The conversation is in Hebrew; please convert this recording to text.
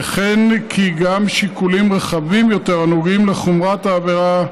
וכן כי גם שיקולים רחבים יותר הנוגעים לחומרת העבירה,